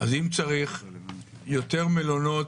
אז אם צריך יותר מלונות